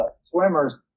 swimmers